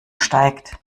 steigt